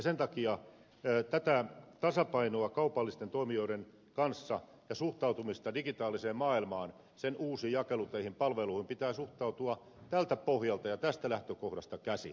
sen takia tähän tasapainoon kaupallisten toimijoiden kanssa ja suhtautumiseen digitaaliseen maailmaan sen uusiin jakeluteihin palveluihin pitää suhtautua tältä pohjalta ja tästä lähtökohdasta käsin